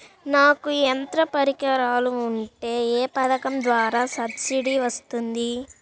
నాకు యంత్ర పరికరాలు ఉంటే ఏ పథకం ద్వారా సబ్సిడీ వస్తుంది?